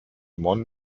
mon